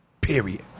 Period